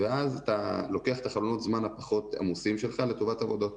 ואז אתה לוקח את חלונות הזמן הפחות עמוסים שלך לטובת עבודות.